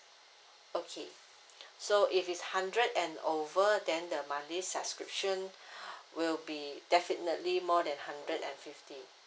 okay so if it's hundred and over then the monthly subscription will be definitely more than hundred and fifty